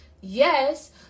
yes